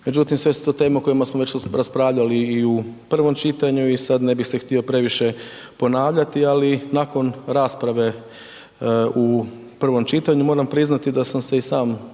Međutim, sve su to teme o kojima smo već raspravljali i u prvom čitanju i sad, ne bih se htio previše ponavljati, ali nakon rasprave u prvom čitanju moram priznat da sam se i sam